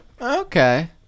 Okay